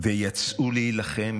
ויצאו להילחם,